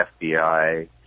FBI